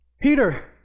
Peter